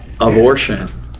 abortion